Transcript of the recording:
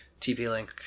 TP-Link